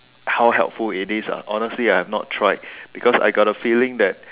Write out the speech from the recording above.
how helpful it is ah honestly I have not tried because I got a feeling that